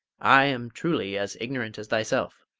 i am truly as ignorant as thyself.